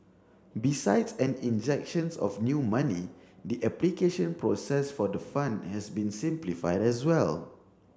besides an injections of new money the application process for the fund has been simplified as well